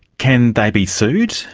can they be sued?